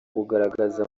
kugaragaza